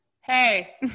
Hey